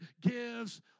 gives